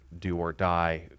do-or-die